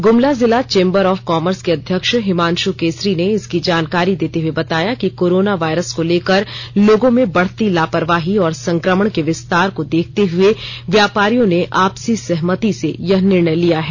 गुमला जिला chamber of commerce के अध्यक्ष हिमांशु केसरी ने इसकी जानकारी देते हुए बताया कि कोरोनावायरस को लेकर लोगों में बढ़ती लापरवाही और संक्रमण को विस्तार को देखते हुए व्यापारियों ने आपसी सहमति से यह निर्णय लिया है